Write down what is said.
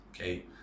okay